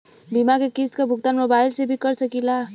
बीमा के किस्त क भुगतान मोबाइल से भी कर सकी ला?